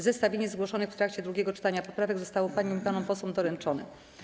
Zestawienie zgłoszonych w trakcie drugiego czytania poprawek zostało paniom i panom posłom doręczone.